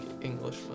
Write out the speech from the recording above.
english